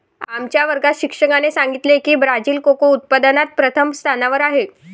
आमच्या वर्गात शिक्षकाने सांगितले की ब्राझील कोको उत्पादनात प्रथम स्थानावर आहे